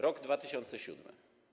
Rok 2007.